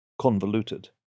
convoluted